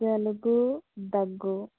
జలుగు దగ్గు